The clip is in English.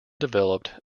developed